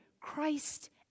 Christ